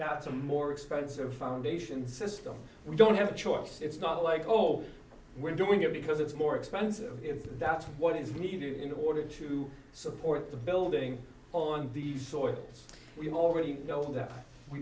a more expensive foundation system we don't have choice it's not like oh we're doing it because it's more expensive if that's what is needed in order to support the building on the soils we already know that we